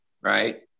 Right